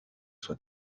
sua